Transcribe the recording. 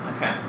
Okay